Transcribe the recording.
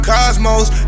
Cosmos